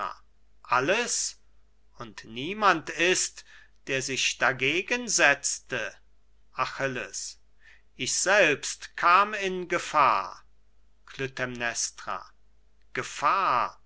alles und niemand ist der sich dagegen setzte achilles ich selbst kam in gefahr klytämnestra gefahr